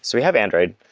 so we have android.